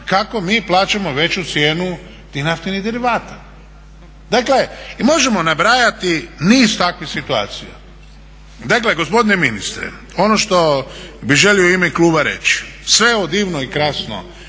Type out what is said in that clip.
kako mi plaćamo veću cijenu tih naftnih derivata. I možemo nabrajati niz takvih situacija. Dakle gospodine ministre, ono što bih želio u ime kluba reći, sve je ovo divno i krasno